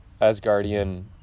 asgardian